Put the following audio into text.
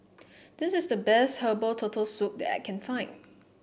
this is the best Herbal Turtle Soup that I can find